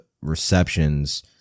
receptions